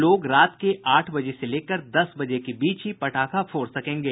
लोग रात के आठ बजे से लेकर दस बजे के बीच ही पटाखा फोड़ सकेंगे